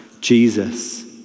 Jesus